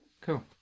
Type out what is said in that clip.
cool